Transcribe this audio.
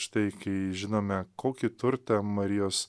štai kai žinome kokį turtą marijos